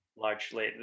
Largely